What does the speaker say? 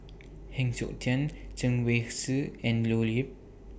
Heng Siok Tian Chen Wen Hsi and Leo Yip